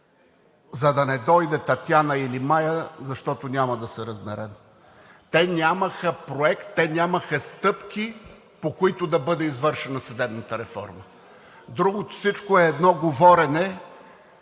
за да не дойдат Татяна или Мая, защото няма да се разберем. Те нямаха проект, те нямаха стъпки, по които да бъде извършена съдебната реформа. Всичко друго е едно говорене,